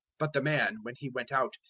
but the man, when he went out,